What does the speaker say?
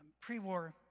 pre-war